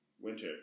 winter